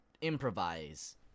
improvise